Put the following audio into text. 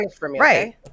Right